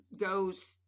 goes